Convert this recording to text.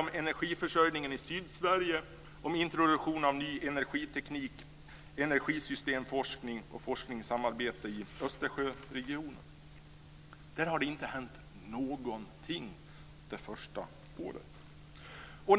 om energiförsörjningen i Sydsverige, om introduktion av ny energiteknik, om energisystemforskning och om forskningssamarbete i Östersjöregionen. Därvidlag har det inte hänt någonting under det första året.